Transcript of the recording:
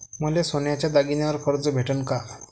मले सोन्याच्या दागिन्यावर कर्ज भेटन का?